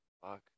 Fuck